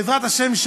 בעזרת השם,